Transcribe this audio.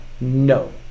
no